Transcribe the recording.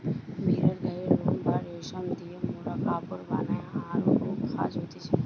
ভেড়ার গায়ের লোম বা রেশম দিয়ে মোরা কাপড় বানাই আরো কাজ হতিছে